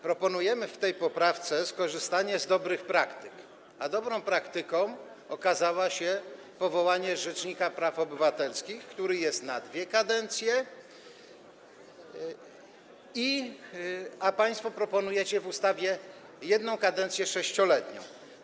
Proponujemy w tej poprawce skorzystanie z dobrych praktyk, a dobrą praktyką okazało się powołanie rzecznika praw obywatelskich, który jest obierany na dwie kadencje, natomiast państwo proponujecie w ustawie jedną kadencję, sześcioletnią.